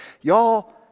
y'all